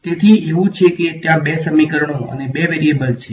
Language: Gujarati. તેથી એવું છે કે ત્યાં બે સમીકરણો અને બે વેરીએબલ્સ છે